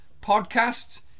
podcasts